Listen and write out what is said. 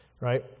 right